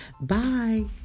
Bye